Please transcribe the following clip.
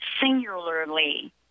singularly